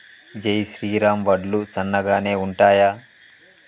జై శ్రీరామ్ వడ్లు సన్నగనె ఉంటయా?